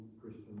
Christian